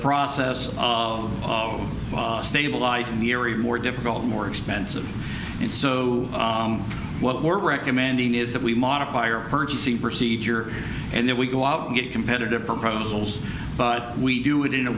process stabilize in the area more difficult more expensive and so what we're recommending is that we modify or purchasing procedure and then we go out and get competitive proposals but we do it in a